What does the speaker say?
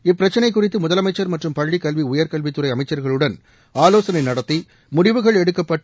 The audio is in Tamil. இப்பிரச்சினை குறித்து முதலமைச்சர் மற்றும் பள்ளிக் கல்வி உயர்கல்வித்துறை அமைச்சர்களுடன் ஆலோகனை நடத்தி முடிவுகள் எடுக்கப்பட்டு